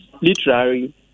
Literary